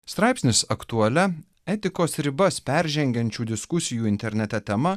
straipsnis aktualia etikos ribas peržengiančių diskusijų internete tema